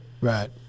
right